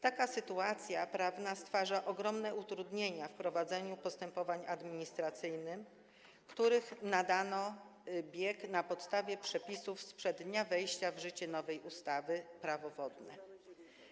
Taka sytuacja prawna stwarza ogromne utrudnienia w prowadzeniu postępowań administracyjnych, którym nadano bieg na podstawie przepisów sprzed dnia wejścia w życie nowej ustawy Prawo wodne.